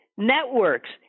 networks